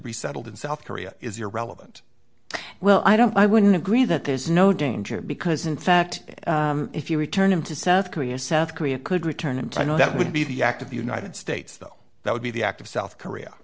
resettled in south korea is irrelevant well i don't i wouldn't agree that there's no danger because in fact if you return him to south korea south korea could return and i know that would be the act of the united states though that would be the act of south korea